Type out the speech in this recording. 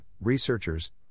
researchers